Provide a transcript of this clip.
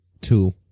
two